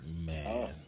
man